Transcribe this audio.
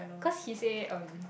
cause he say um